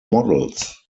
models